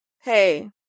Hey